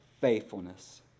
faithfulness